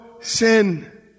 sin